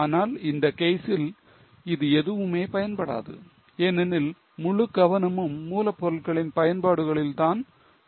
ஆனால் இந்த கேசில் இது எதுவுமே பயன்படாது ஏனெனில் முழு கவனமும் மூலப் பொருட்களின் பயன்பாடுகளில் தான் இருக்கிறது